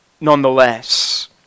nonetheless